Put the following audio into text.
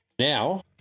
Now